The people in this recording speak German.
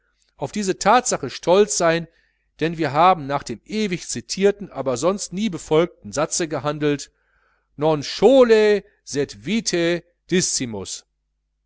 auf diese thatsache stolz sein denn wir haben nach dem ewig citierten aber sonst nie befolgten satze gehandelt non